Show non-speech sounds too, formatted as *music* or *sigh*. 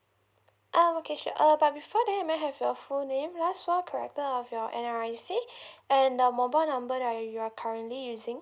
um okay sure uh but before that may I have your full name last four character of your N_R_I_C *breath* and uh mobile number that you are currently using